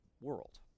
world